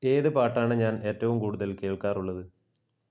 ഏത് പാട്ടാണ് ഞാന് ഏറ്റവും കൂടുതല് കേള്ക്കാറുള്ളത്